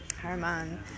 Harman